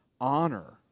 honor